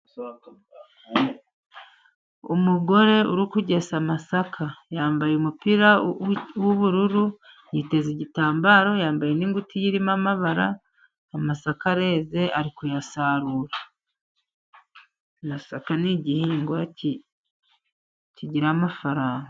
Umugore uri kugesa amasaka. Yambaye umupira w'ubururu, yiteze igitambaro, yambaye n'ingutiya irimo amabara, amasaka areze ari kuyasarura. Igihingwa kigira amafaranga.